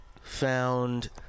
found